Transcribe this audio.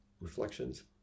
reflections